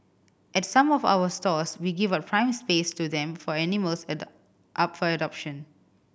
at some of our stores we give out prime space to them for animals up for adoption